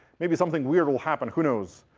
maybe something weird will happen. who knows?